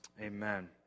amen